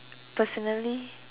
personally